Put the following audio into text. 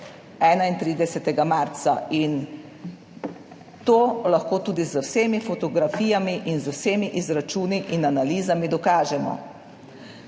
31. marca. To lahko tudi z vsemi fotografijami in z vsemi izračuni in analizami dokažemo.